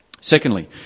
Secondly